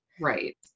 Right